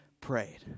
prayed